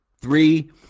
Three